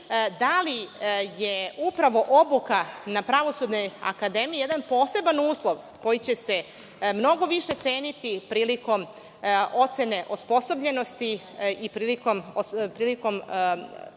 da li je upravo obuka na Pravosudnoj akademiji jedan poseban uslov koji će se mnogo više ceniti prilikom ocene osposobljenosti i prilikom